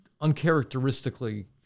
uncharacteristically